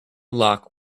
lock